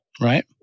right